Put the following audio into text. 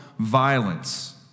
violence